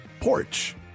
porch